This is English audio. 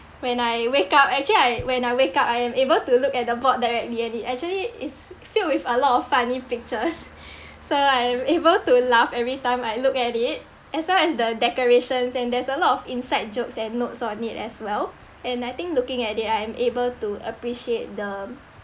when I wake up actually I when I wake up I am able to look at the board directly at it actually it's filled with a lot of funny pictures so I'm able to laugh every time I look at it as well as the decorations and there's a lot of inside jokes and notes on it as well and I think looking at it I am able to appreciate the